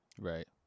Right